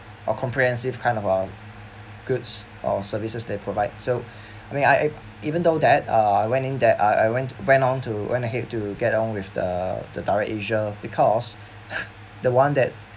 a comprehensive kind of uh goods or services they provide so I mean I even though that uh I went in that I I went went onto went ahead to get on with the the DirectAsia because the one that